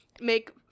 make